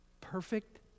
Perfect